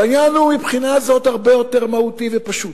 והעניין מבחינה זו הוא הרבה יותר מהותי ופשוט: